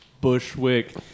Bushwick